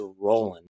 rolling